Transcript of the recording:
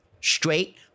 straight